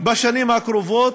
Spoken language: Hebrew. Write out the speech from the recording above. בשנים הקרובות.